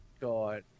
God